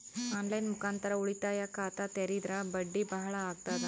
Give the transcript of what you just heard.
On line ಮುಖಾಂತರ ಉಳಿತಾಯ ಖಾತ ತೇರಿದ್ರ ಬಡ್ಡಿ ಬಹಳ ಅಗತದ?